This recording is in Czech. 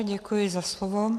Děkuji za slovo.